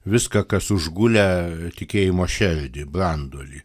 viską kas užgulę tikėjimo šerdį branduolį